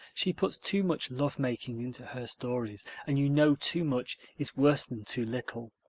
she puts too much lovemaking into her stories and you know too much is worse than too little.